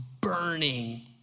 burning